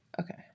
Okay